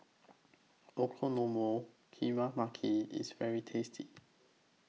Okonomiyaki IS very tasty